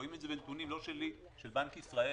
רואים את זה בנתונים לא שלי אלא של בנק ישראל,